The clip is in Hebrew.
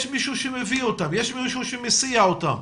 יש מישהו שמביא אותם, יש מישהו שמסיע אותם.